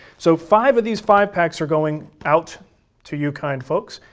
so five of these five-packs are going out to you kind folks.